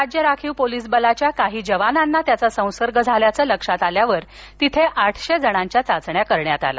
राज्य राखीव पोलीस बलाच्या काही जवानांना त्याचा संसर्ग झाल्याचं लक्षात आल्यावर तिथे आठशे जणांच्या चाचण्या करण्यात आल्या